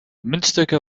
muntstukken